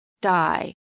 die